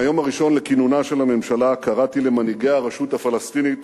מהיום הראשון לכינונה של הממשלה קראתי למנהיגי הרשות הפלסטינית